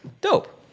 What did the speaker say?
Dope